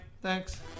Thanks